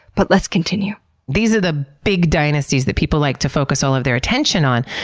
but let's continue these are the big dynasties that people like to focus all of their attention on.